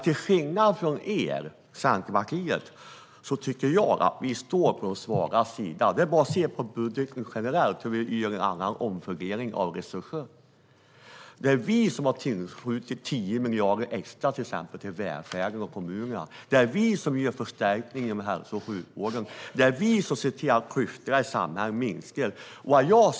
Till skillnad från Centerpartiet står vi på de svagas sida. Det är bara att se på budgeten generellt. Vi gör en annan omfördelning av resurser. Det är vi som har tillskjutit 10 miljarder extra till välfärden och kommunerna. Det är vi som gör förstärkningar i hälso och sjukvården. Det är vi som ser till att klyftorna i samhället minskar.